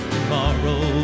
Tomorrow